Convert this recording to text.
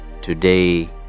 today